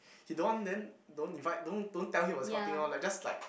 he don't want then don't invite don't don't tell him about this kind of thing lor like just like